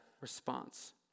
response